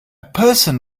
person